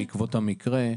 בעקבות המקרה.